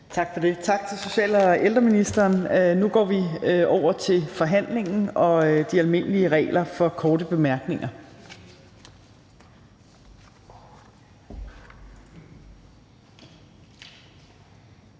Torp): Tak til social- og ældreministeren. Nu går vi over til forhandlingen og de almindelige regler for korte bemærkninger.